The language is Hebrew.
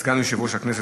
סגן יושב-ראש הכנסת.